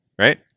right